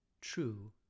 true